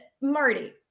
Marty